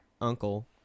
uncle